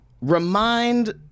remind